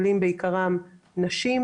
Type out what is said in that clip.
לנשים,